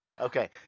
Okay